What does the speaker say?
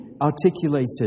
articulated